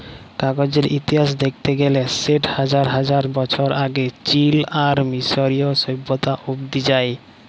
কাগজের ইতিহাস দ্যাখতে গ্যালে সেট হাজার হাজার বছর আগে চীল আর মিশরীয় সভ্যতা অব্দি যায়